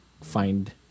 find